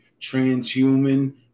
transhuman